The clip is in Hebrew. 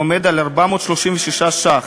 הוא 436 ש"ח,